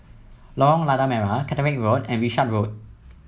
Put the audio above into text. Lorong Lada Merah Caterick Road and Wishart Road